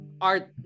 art